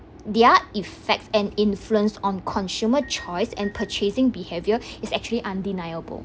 their effects and influence on consumer choice and purchasing behavior is actually undeniable